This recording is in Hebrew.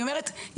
היא אומרת,